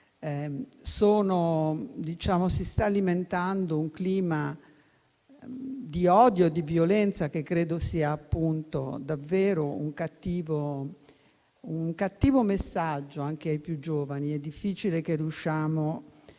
Si sta alimentando un clima di odio e di violenza che credo sia davvero un cattivo messaggio ai più giovani. È difficile riuscire